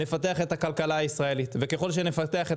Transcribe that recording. נפתח את הכלכלה הישראלית וככל שנפתח את